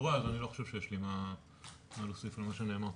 תוארה אז אני לא חושב שיש לי מה להוסיף למה שנאמר.